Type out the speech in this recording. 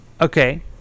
Okay